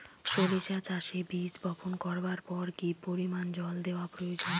সরিষা চাষে বীজ বপন করবার পর কি পরিমাণ জল দেওয়া প্রয়োজন?